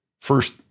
First